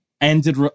ended